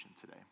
today